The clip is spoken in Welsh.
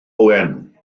owen